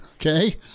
Okay